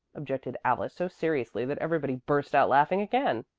objected alice so seriously that everybody burst out laughing again.